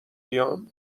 بیام